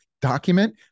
document